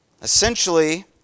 Essentially